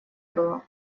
было